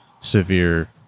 severe